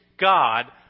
God